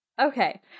Okay